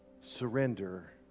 surrender